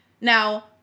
Now